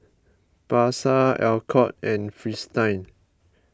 Pasar Alcott and Fristine